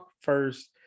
first